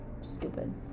Stupid